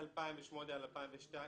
2008 עד 2012